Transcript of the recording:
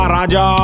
Raja